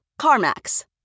CarMax